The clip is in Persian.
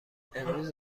امروز